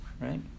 Right